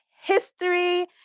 history